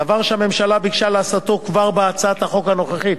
דבר שהממשלה ביקשה לעשותו כבר בהצעת החוק הנוכחית.